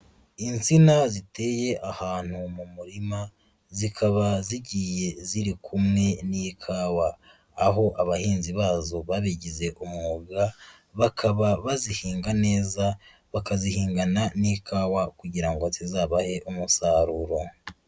Insina ziteye ahantu mu murima, zikaba zigiye ziri kumwe n'ikawa, aho abahinzi bazo babigize umwuga, bakaba bazihinga neza bakazihingana n'ikawa kugira ngo zizabahe umusaruro.